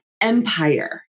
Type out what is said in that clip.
empire